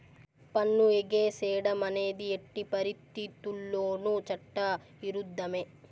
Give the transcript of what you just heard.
పన్ను ఎగేసేడం అనేది ఎట్టి పరిత్తితుల్లోనూ చట్ట ఇరుద్ధమే